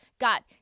got